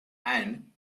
and